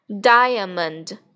Diamond